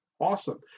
awesome